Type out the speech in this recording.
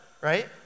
right